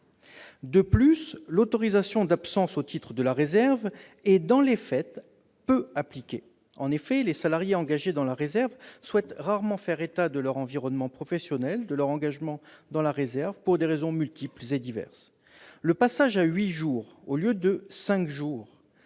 De plus, l'autorisation d'absence au titre de la réserve est dans les faits peu appliquée. En effet, les salariés engagés dans la réserve souhaitent rarement faire état dans leur environnement professionnel de leur engagement dans la réserve pour des raisons multiples et diverses. Le passage à huit jours au lieu de cinq pour